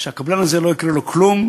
שהקבלן הזה לא יקרה לו כלום,